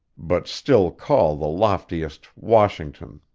but still call the loftiest washington.